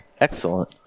Excellent